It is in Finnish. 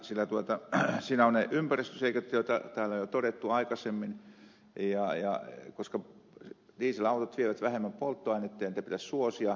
siinä ovat ne ympäristöseikat joita täällä on jo todettu aikaisemmin koska dieselautot vievät vähemmän polttoainetta ja niitä pitäisi suosia